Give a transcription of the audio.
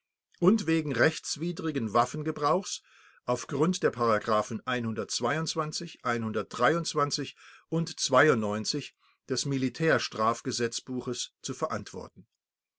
und wegen rechtswidrigen waffengebrauchs auf grund der und des militär strafgesetzbuches zu verantworten